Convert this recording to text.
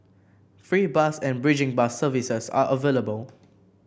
free bus and bridging bus services are available